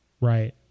right